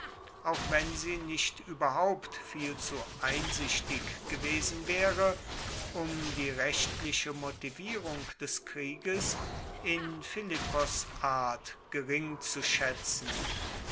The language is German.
auch wenn sie nicht ueberhaupt viel zu einsichtig gewesen waere um die rechtliche motivierung des krieges in philippos art gering zu schaetzen